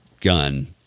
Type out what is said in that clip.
gun